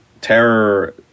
Terror